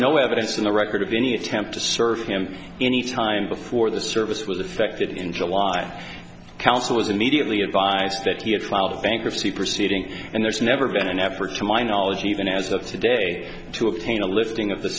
no evidence in the record of any attempt to serve him any time before the service was affected in july council was immediately advised that he had filed bankruptcy proceeding and there's never been an effort to my knowledge even as of today to obtain a listing of the